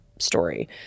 story